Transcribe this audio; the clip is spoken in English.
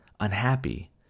unhappy